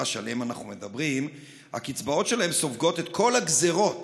שעליהם אנחנו מדברים סופגות את כל הגזרות